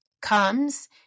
comes